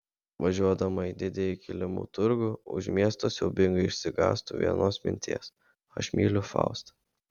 važiuodama į didįjį kilimų turgų už miesto siaubingai išsigąstu vienos minties aš myliu faustą